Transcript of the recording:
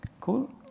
Cool